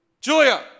Julia